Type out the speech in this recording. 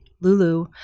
Lulu